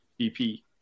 BP